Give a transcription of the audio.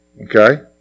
Okay